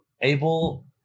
able